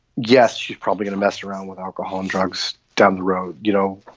yes, she's probably in a mess around with alcohol and drugs down the road, you know.